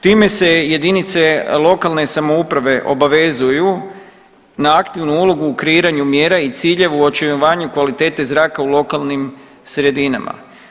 Time se jedinice lokalne samouprave obavezuju na aktivnu ulogu u kreiranju mjera i cilja u očuvanju kvalitete zraka u lokalnim sredinama.